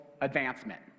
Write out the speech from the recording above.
advancement